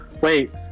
wait